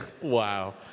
Wow